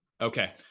Okay